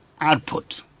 output